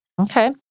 Okay